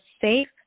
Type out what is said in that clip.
safe